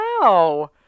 Wow